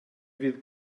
fydd